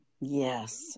Yes